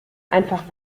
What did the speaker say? einfach